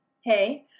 hey